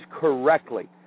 correctly